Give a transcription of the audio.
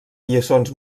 lliçons